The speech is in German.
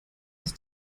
aus